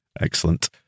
Excellent